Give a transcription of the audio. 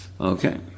Okay